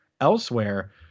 elsewhere